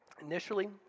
Initially